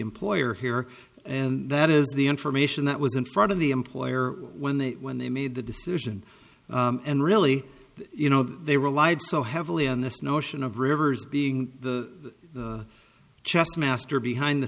employer here and that is the information that was in front of the employer when they when they made the decision and really you know they relied so heavily on this notion of rivers being the chess master behind the